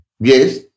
Yes